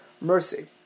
mercy